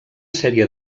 sèrie